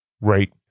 Right